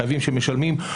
חייבים שמשלמים,